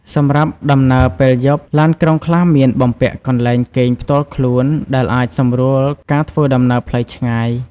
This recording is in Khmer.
សម្រាប់ដំណើរពេលយប់ ឡានក្រុងខ្លះមានបំពាក់កន្លែងគេងផ្ទាល់ខ្លួនដែលអាចសម្រួលការធ្វើដំណើរផ្លូវឆ្ងាយ។